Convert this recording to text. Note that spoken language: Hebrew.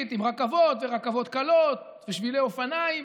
עם רכבות ורכבות קלות ושבילי אופניים,